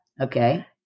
Okay